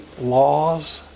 laws